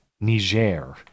Niger